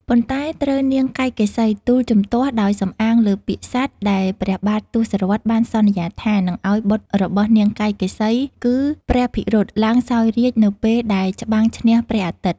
ប៉ុន្តែត្រូវនាង កៃកេសី ទូលជំទាស់ដោយសំអាងលើពាក្យសត្យ ដែលព្រះបាទទសរថបានសន្យាថា នឹងឱ្យបុត្ររបស់នាង កៃកេសី គឺព្រះភិរុតឡើងសោយរាជ្យនៅពេលដែលច្បាំងឈ្នះព្រះអាទិត្យ។